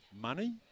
Money